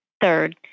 Third